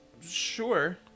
Sure